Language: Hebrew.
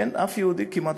אין אף יהודי כמעט,